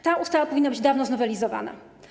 Ta ustawa powinna być dawno znowelizowana.